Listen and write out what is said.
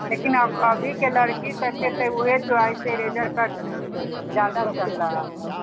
लेकिन अब अभीके लड़कीसभके तऽ उएह चॉइस हइ लेजर कट ज्यादा चलि रहल हइ